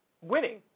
winning